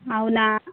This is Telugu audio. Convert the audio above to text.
అవునా